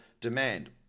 demand